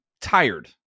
tired